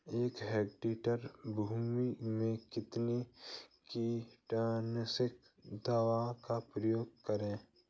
एक हेक्टेयर भूमि में कितनी कीटनाशक दवा का प्रयोग करें?